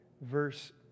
verse